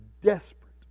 desperate